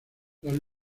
los